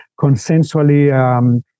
consensually